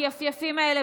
שהמתייפייפים האלה,